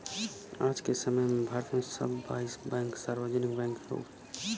आज के समय में भारत में सब बाईस बैंक सार्वजनिक बैंक हउवे